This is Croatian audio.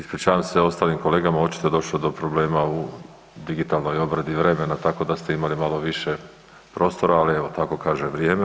Ispričavam se ostalim kolegama, očito je došlo do problema u digitalnoj obradi vremena tako da ste imali malo više prostora, ali evo tako kaže vrijeme.